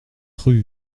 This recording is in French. rue